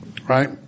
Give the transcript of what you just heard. Right